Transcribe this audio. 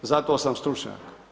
Za to sam stručnjak.